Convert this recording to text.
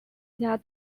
参加